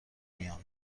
میان